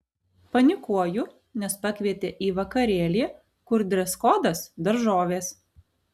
panikuoju nes pakvietė į vakarėlį kur dreskodas daržovės